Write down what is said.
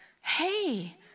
Hey